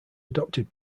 adopted